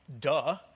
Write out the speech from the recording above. duh